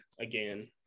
again